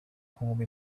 home